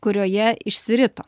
kurioje išsirito